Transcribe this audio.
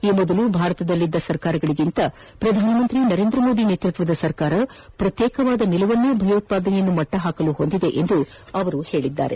ಈ ಮೊದಲು ಭಾರತದಲ್ಲಿದ್ದ ಸರ್ಕಾರಗಳಿಗಿಂತ ಪ್ರಧಾನಮಂತ್ರಿ ನರೇಂದ್ರ ಮೋದಿ ನೇತೃತ್ವದ ಸರ್ಕಾರ ಪ್ರತ್ಯೇಕವಾದ ನಿಲುವನ್ನೇ ಭಯೋತ್ವಾದನೆಯನ್ನು ಮಟ್ಟ ಹಾಕಲು ಹೊಂದಿದೆ ಎಂದು ರಾಜನಾಥ್ಸಿಂಗ್ ಹೇಳಿದ್ದಾರೆ